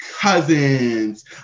cousins